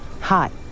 hot